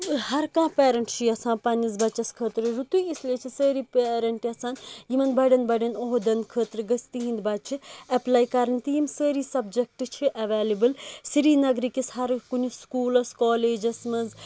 ہَر کانٛہہ پیرنٛٹ چھُ یِژھان پَنٕنِس بَچَس خٲطرٕ رُتٕے اِسلیے چھِ سأری پیرِنٛٹ یِژھان یِمَن بَڈیَن بَڈِیَن عہدَن خٲطرٕ گٔژھۍ تِہٕنٛدۍ بَچہِ ایپلے کَرٕنۍ تہِ یِم سأری سَبجکٹہٕ چھِ ایٚویلیبٔل سریٖنَگَرٕ کِس ہَر کُنہِ سکوٗلَس کالیجَس منٛز